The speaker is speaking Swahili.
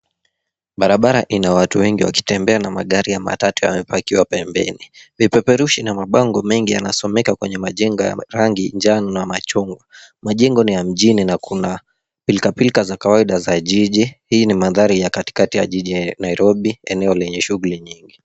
Barabara ina watu wengi wakitembea na magari ya matatu yamepakiwa pembeni. Vipeperushi na mabango mengi yanasomeka kwenye majengo ya rangi njano na machungwa. Majengo ni ya mjini na kuna pilkapilka za kawaida za jiji. Hii ni mandhari ya katikati ya jiji la Nairobi eneo lenye shughuli nyingi.